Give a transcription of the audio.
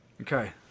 Okay